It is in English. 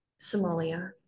Somalia